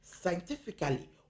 scientifically